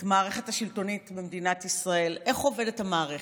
את המערכת השלטונית במדינת ישראל: איך עובדת המערכת?